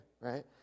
Right